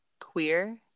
queer